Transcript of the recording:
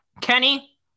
kenny